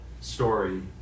story